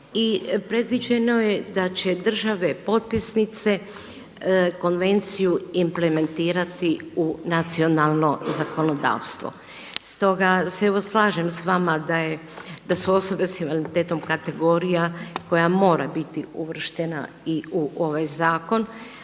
I predviđeno je da će države potpisnice konvenciju implementirati u nacionalno zakonodavstvo. Stoga se evo slažem sa vama da su osobe sa invaliditetom kategorija koja mora biti uvrštena i u ovaj zakon.